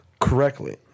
correctly